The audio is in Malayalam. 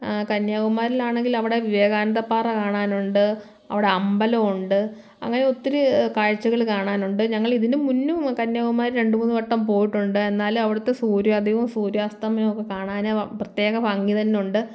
കന്യാകുമാരിയിലാണെങ്കിൽ അവിടെ വിവേകാനന്ദപ്പാറ കാണാനുണ്ട് അവിടെ അമ്പലമുണ്ട് അങ്ങനെ ഒത്തിരി കാഴ്ചകൾ കാണാനുണ്ട് ഞങ്ങളിതിന് മുന്നും കന്യാകുമാരി രണ്ടു മൂന്നുവട്ടം പോയിട്ടുണ്ട് എന്നാലും അവിടുത്തെ സൂര്യോദയവും സൂര്യാസ്തമയവും ഒക്കെ കാണാൻ പ്രത്യേക ഭംഗി തന്നെ ഉണ്ട്